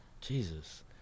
Jesus